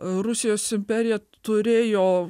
rusijos imperija turėjo